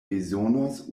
bezonos